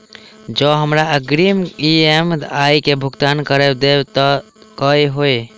जँ हमरा अग्रिम ई.एम.आई केँ भुगतान करऽ देब तऽ कऽ होइ?